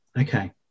Okay